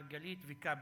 מרגלית וכבל,